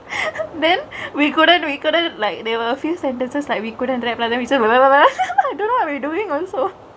then we go there do you couldn't like name a few sentences like we couldn't internet lah then we just remember that do not really doingk also